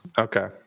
Okay